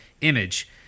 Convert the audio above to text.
image